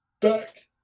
back